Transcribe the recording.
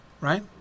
right